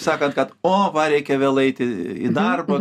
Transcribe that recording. sakant kad o va reikia vėl eiti į darbą